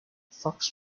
fox